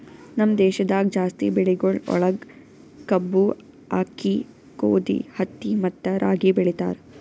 ನಮ್ ದೇಶದಾಗ್ ಜಾಸ್ತಿ ಬೆಳಿಗೊಳ್ ಒಳಗ್ ಕಬ್ಬು, ಆಕ್ಕಿ, ಗೋದಿ, ಹತ್ತಿ ಮತ್ತ ರಾಗಿ ಬೆಳಿತಾರ್